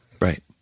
Right